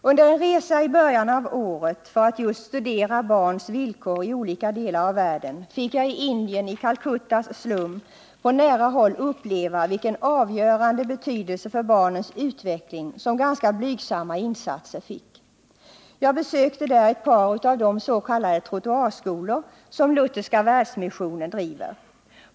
Under en resa i början av året för att just studera barns villkor i olika delar av världen fick jag i Indien, i Calcuttas slum, på nära håll uppleva vilken avgörande betydelse för barnets utveckling som ganska blygsamma insatser kan få. Jag besökte där ett par av de s.k. trottoarskolor som Lutherska världsmissionen driver där.